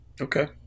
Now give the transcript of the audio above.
Okay